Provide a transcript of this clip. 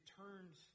turns